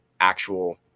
actual